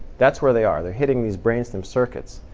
that's where they are. they're hitting these brain stem circuits.